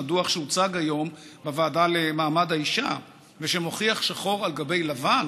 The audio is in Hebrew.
הדוח שהוצג היום בוועדה למעמד האישה ושמוכיח שחור על גבי לבן